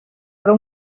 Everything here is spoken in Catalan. però